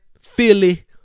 philly